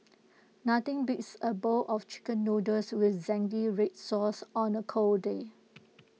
nothing beats A bowl of Chicken Noodles with Zingy Red Sauce on A cold day